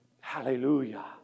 Hallelujah